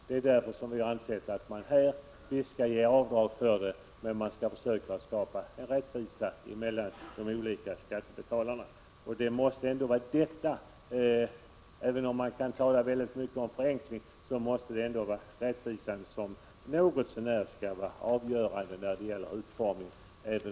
Det är därför som vi har ansett att man visst skall medge avdrag men också försöka skapa rättvisa mellan de olika skattebetalarna. Även om man skall ta hänsyn till möjligheten att förenkla, måste det ändå vara rättvisan som skall vara något så när avgörande för utformningen.